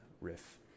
riff